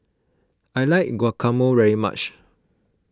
I like Guacamole very much